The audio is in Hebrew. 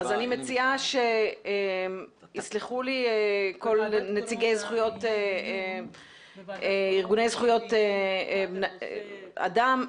יסלחו לי נציגי ארגוני זכויות אדם,